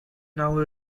now